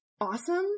awesome